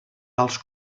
alts